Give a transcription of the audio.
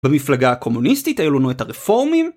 במפלגה הקומוניסטית היו לנו את הרפורמים